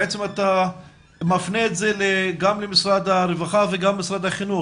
בעצם אתה מפנה את זה גם למשרד הרווחה וגם למשרד החינוך,